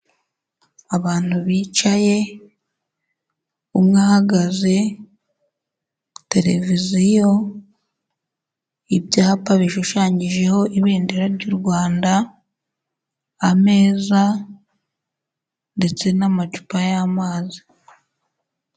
Abantu bicaye, umwe ahahagaze, televiziyo, ibyapa bishushanyijeho ibendera ry'u Rwanda, ameza ndetse n'amacupa y'amazi.